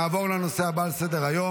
נעבור לנושא הבא על סדר-היום,